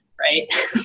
right